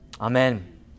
Amen